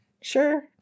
Sure